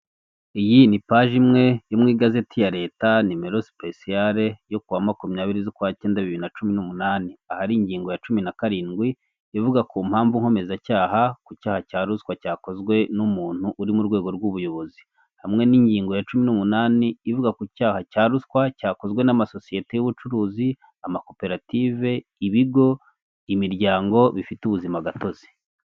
Iyi ni paji imwe mu igazeti ya leta nimero speciale yo kuwa makumyabiri z'ukwakirandabiri na cumi' numunani ahari ingingo ya cumi na karindwi ivuga ku mpamvu nkomezacyaha ku cyaha cya ruswa cyakozwe n'umuntu uri mu rwego rw'ubuyobozi, hamwe n'ingingo ya cumi n'umunani ivuga ku cyaha cya ruswa cyakozwe n'amasosiyete y'ubucuruzi amakoperative ibigo imiryango bifite ubuzima gatozi.